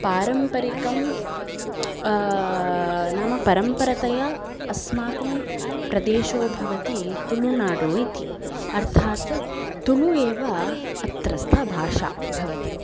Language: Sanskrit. पारम्परिकं नाम परम्परतया अस्माकं प्रदेशो भवति तुळुनाडु इति अर्थात् तुळु एव अत्रस्त भाषा भवति